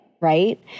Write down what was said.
right